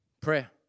Prayer